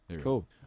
cool